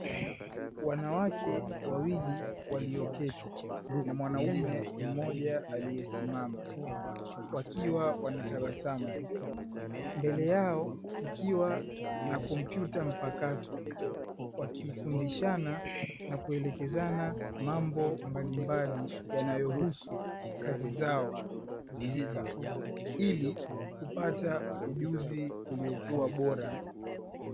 Wanawake wawili walioketi na mwanaume mmoja aliyesimama wakiwa wanatabasamu. Mbele yao kukiwa na kompyuta mpakato wakifundishana na kuelekezana mambo mbalimbali yanayohusu kazi zao husika ili kupata ujuzi uliokuwa bora.